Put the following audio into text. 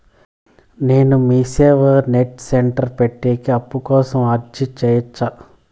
నేను MeeSeva net centre పెట్టేకి అప్పు కోసం అర్జీ సేయొచ్చా?